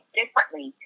differently